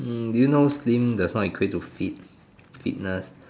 hmm do you know slim just now you create to fit~ fitness